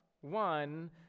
one